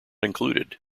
included